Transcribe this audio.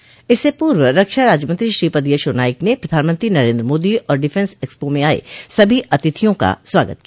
इससे पूर्व रक्षा राज्यमंत्री श्रीपद यशो नाइक ने प्रधानमंत्री नरेन्द्र मोदी और डिफेंस एक्सपो में आये सभी अतिथियों का स्वागत किया